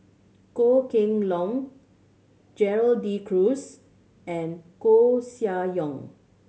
Goh Kheng Long Gerald De Cruz and Koeh Sia Yong